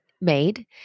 made